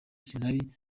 sinari